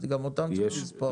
כי גם אותם צריך לספור.